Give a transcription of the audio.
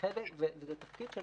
וזה תפקיד של